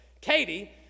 katie